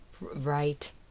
Right